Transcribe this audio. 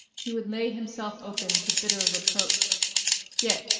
he would lay himself open to bitter reproach yet,